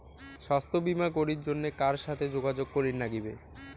স্বাস্থ্য বিমা করির জন্যে কার সাথে যোগাযোগ করির নাগিবে?